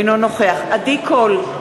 אינו נוכח עדי קול,